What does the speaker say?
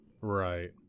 Right